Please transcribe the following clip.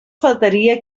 faltaria